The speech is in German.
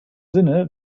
sinne